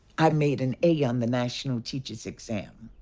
i made an a on the national teachers exam.